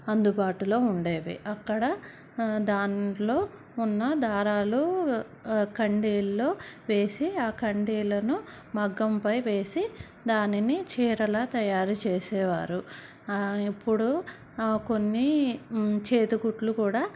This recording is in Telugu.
అందుబాటులో ఉండేవి అక్కడ దాంట్లో ఉన్న దారాలు కండీల్లో వేసి ఆ కండీలను మగ్గంపై వేసి దానిని చీరలా తయారు చేసేవారు ఇప్పుడు కొన్ని చేతికుట్లు కూడా